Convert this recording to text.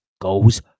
goes